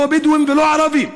לא בדואים ולא ערבים.